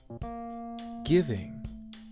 Giving